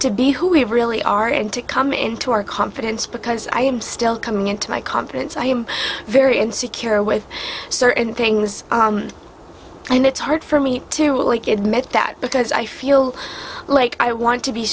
to be who we really are and to come into our confidence because i am still coming into my confidence i am very insecure with certain things and it's hard for me to admit that because i feel like i want to be